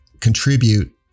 contribute